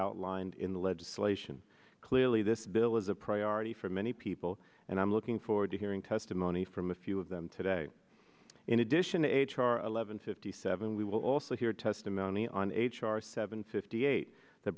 outlined in the legislation clearly this bill is a priority for many people and i'm looking forward to hearing testimony from a few of them today in addition h r levon fifty seven we will also hear testimony on h r seven fifty eight the